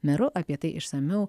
meru apie tai išsamiau